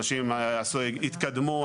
אנשים התקדמו,